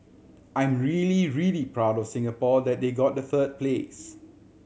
I'm really really proud of Singapore that they got the third place